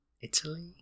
Italy